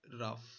rough